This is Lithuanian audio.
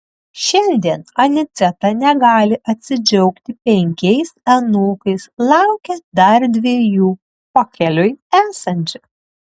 šiandien aniceta negali atsidžiaugti penkiais anūkais laukia dar dviejų pakeliui esančių